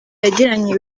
yagiranye